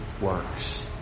works